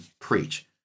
preach